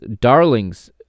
darlings